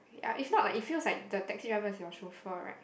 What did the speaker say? ya if not like it feels like the taxi driver is your chauffeur right